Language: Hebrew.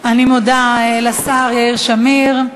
אני מודה לשר יאיר שמיר.